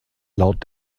laut